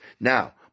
Now